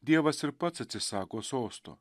dievas ir pats atsisako sosto